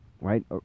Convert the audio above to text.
Right